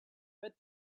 but